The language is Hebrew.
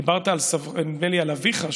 דיברת נדמה לי על אביך,